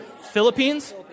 Philippines